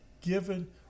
given